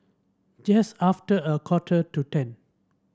just after a quarter to ten